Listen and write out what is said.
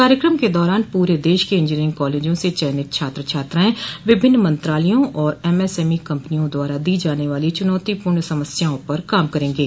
कार्यकम के दौरान पूरे देश के इंजीनियरिंग कॉलेजों से चयनित छात्र छात्राएं विभिन्न मंत्रालयों और एमएसएमई कंपनियों द्वारा दी जाने वाली चुनौतीपूर्ण समस्याओं पर काम करेंगे